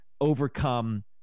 overcome